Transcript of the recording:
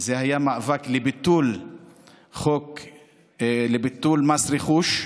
היה מאבק לביטול מס רכוש,